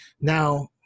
Now